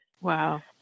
Wow